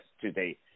today